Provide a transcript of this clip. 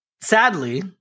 sadly